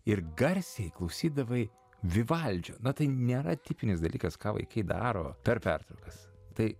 ir garsiai klausydavai vivaldžio na tai nėra tipinis dalykas ką vaikai daro per pertraukas tai